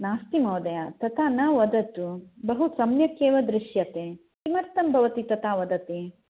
नास्ति महोदय तथा न वदतु बहु सम्यक् एव दृश्यते किमर्थं भवती तथा वदति